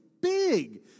big